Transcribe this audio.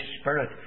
Spirit